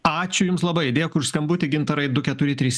ačiū jums labai dėkui už skambutį gintarai du keturi trys